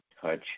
touch